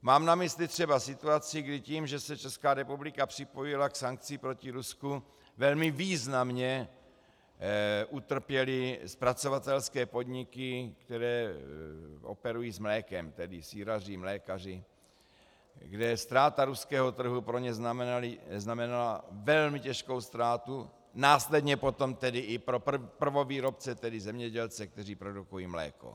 Mám na mysli třeba situaci, kdy tím, že se Česká republika připojila k sankcím proti Rusku, velmi významně utrpěly zpracovatelské podniky, které operují s mlékem, tedy sýraři, mlékaři, kde ztráta ruského trhu pro ně znamenala velmi těžkou ztrátu, následně potom tedy i pro prvovýrobce, tedy zemědělce, kteří produkují mléko.